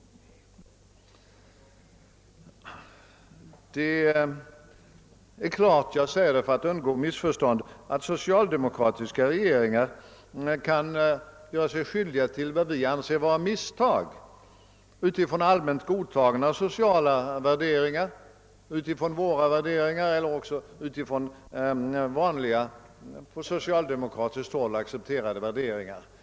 Det är klart — jag säger det för att undgå missförstånd — att socialdemokratiska regeringar kan göra sig skyldiga till vad vi anser vara misstag utifrån allmänt godtagna sociala värderingar — utifrån våra värderingar eller också utifrån vanliga, på socialdemokratiskt håll accepterade värderingar.